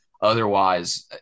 otherwise